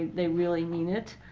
they really mean it